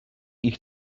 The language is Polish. ich